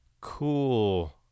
Cool